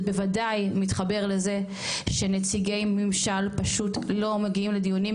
זה בוודאי מתחבר לזה שנציגי ממשל פשוט לא מגיעים לדיונים,